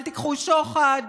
אל תיקחו שוחד.